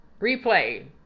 replay